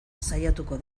saiatuko